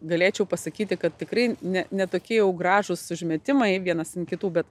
galėčiau pasakyti kad tikrai ne ne tokie jau gražūs užmetimai vienas ant kitų bet